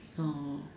oh